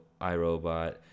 iRobot